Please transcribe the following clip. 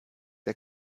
der